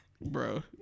bro